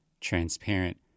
transparent